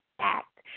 act